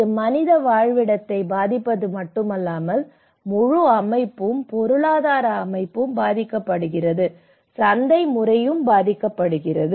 இது மனித வாழ்விடத்தை பாதிப்பது மட்டுமல்ல முழு அமைப்பும் பொருளாதார அமைப்பும் பாதிக்கப்படுகிறது சந்தை முறையும் பாதிக்கப்படுகிறது